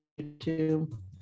YouTube